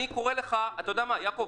יעקב,